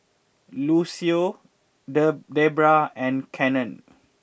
Lucio De Debra and Cannon